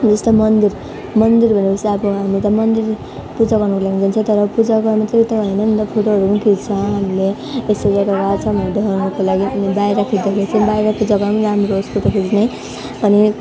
जस्तो मन्दिर मन्दिर भनेपछि अब हाम्रो त मन्दिर पूजा गर्नुको लागि गइन्छ तर पूजा गर्नु मात्रै त होइन नि त फोटोहरू पनि खिच्छ हामीले त्यसै गरेर बाहिर खिच्दाखेरि बाहिरको जग्गा पनि राम्रो होस् फोटो खिच्ने अनि